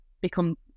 become